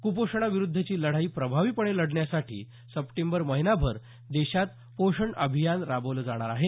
कुपोषणाविरुद्धची लढाई प्रभावीपणे लढण्यासाठी सप्टेंबर महिनाभर देशात पोषण अभियान राबवलं जाणार आहे